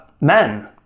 men